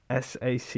SAC